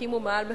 הקימו מאהל מחאה.